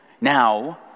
Now